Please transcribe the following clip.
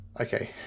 Okay